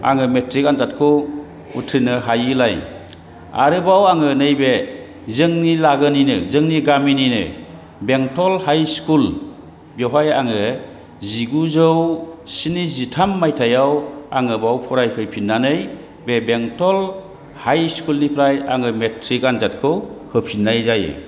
आङो मेट्रिक आनजादखौ उथ्रिनो हायिलाय आरोबाव आङो नैबे जोंनि लागोनिनो जोंनि गामिनिनो बेंटल हाइ स्कुल बेवहाय आङो जिगुजौ स्निजिथाम मायथाइआव आङो बेयाव फरायफैफिननानै बे बेंटल हाइ स्कुलनिफ्राय आङो मेट्रिक आनजादखौ होफिननाय जायो